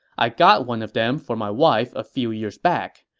i got one of them for my wife a few years back.